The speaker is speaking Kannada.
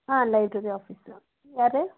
ಹಾಂ ಲೈಬ್ರೇರಿ ಆಫೀಸು ಯಾರ